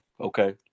Okay